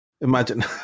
Imagine